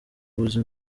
bibazo